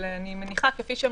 אולי נשתמש בה כמוצא אחרון,